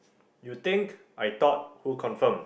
you think I thought who confirm